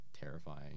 terrifying